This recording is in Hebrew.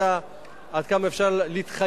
עד כמה אפשר לתת את המשכנתה,